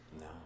No